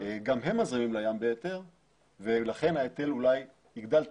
גם הם מזרימים לים בהיתר ולכן ההיטל אולי יגדל טיפה,